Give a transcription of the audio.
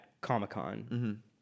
Comic-Con